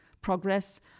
progress